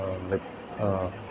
like